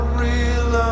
real